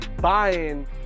buying